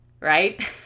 Right